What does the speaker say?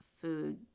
food